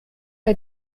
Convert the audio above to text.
bei